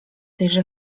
tejże